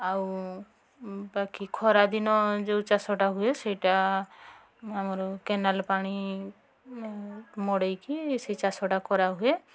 ଆଉ ବାକି ଖରାଦିନ ଯେଉଁ ଚାଷଟା ହୁଏ ସେଇଟା ଆମର କେନାଲ୍ ପାଣି ମଡ଼ାଇକି ସେଇ ଚାଷଟା କରାହୁଏ